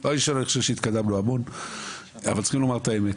דבר ראשון אני חושב שהתקדמו המון אבל צריכים לומר את האמת,